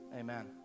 Amen